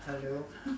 hello